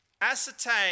ascertain